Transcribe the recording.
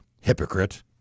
Hypocrite